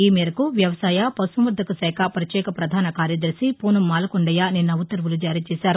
ఈ మేరకు వ్యవసాయ పశుసంవర్ణక శాఖ పత్యేక ప్రధానకార్యదర్శి పూనం మాలకొండయ్య నిన్న ఉత్తర్వులు జారీ చేశారు